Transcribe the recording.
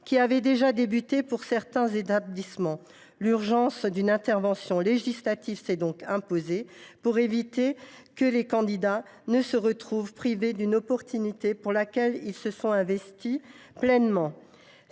qui avaient déjà débuté dans certains établissements. Une intervention législative urgente s’est donc imposée afin d’éviter que les candidats ne se retrouvent privés d’une opportunité pour laquelle ils se sont investis pleinement.